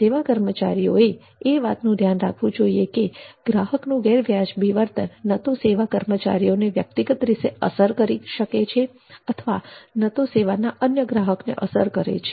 સેવા કર્મચારીઓએ એ વાતનું ધ્યાન રાખવું જોઈએ કે ગ્રાહકનું ગેરવ્યાજબી વર્તન ન તો સેવા કર્મચારીઓને વ્યક્તિગત રીતે અસર કરી શકે છે અને ન તો સેવાના અન્ય ગ્રાહકોને અસર કરે છે